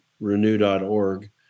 Renew.org